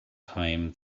time